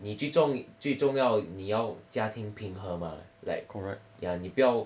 你最重最重要你要家庭平和嘛 like ya 你不要